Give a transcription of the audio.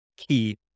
Key